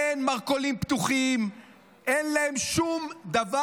אין מרכולים פתוחים, אין להם שום דבר.